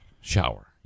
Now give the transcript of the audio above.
shower